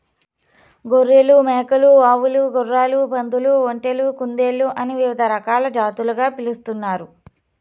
గొర్రెలు, మేకలు, ఆవులు, గుర్రాలు, పందులు, ఒంటెలు, కుందేళ్ళు అని వివిధ రకాల జాతులుగా పిలుస్తున్నారు